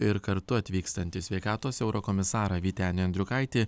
ir kartu atvykstantį sveikatos eurokomisarą vytenį andriukaitį